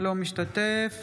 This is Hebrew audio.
אינו משתתף